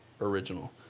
Original